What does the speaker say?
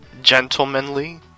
gentlemanly